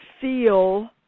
feel